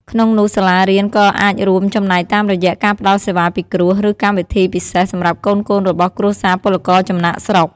ក្នុងនោះសាលារៀនក៏អាចរួមចំណែកតាមរយៈ ការផ្តល់សេវាពិគ្រោះ ឬកម្មវិធីពិសេសសម្រាប់កូនៗរបស់គ្រួសារពលករចំណាកស្រុក។